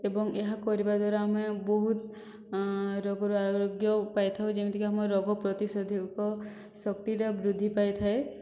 ଏବଂ ଏହା କରିବା ଦ୍ୱାରା ଆମେ ବହୁତ ରୋଗରୁ ଆରୋଗ୍ୟ ପାଇ ଥାଉ ଯେମିତି କି ଆମର ରୋଗ ପ୍ରତିଶୋଧକ ଶକ୍ତିଟା ବୃଦ୍ଧି ପାଇଥାଏ